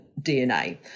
DNA